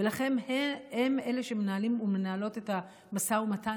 ולכן הם שמנהלים ומנהלות את המשא ומתן